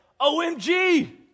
OMG